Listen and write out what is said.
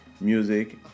music